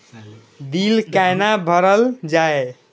Bill कैना भरल जाय?